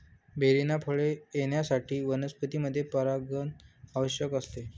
बेरींना फळे येण्यासाठी वनस्पतींमध्ये परागण आवश्यक असते